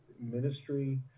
ministry